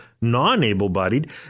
non-able-bodied